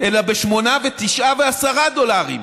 אלא ב-8, 9 ו-10 דולרים.